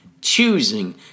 choosing